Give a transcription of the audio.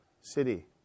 city